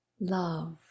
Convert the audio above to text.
love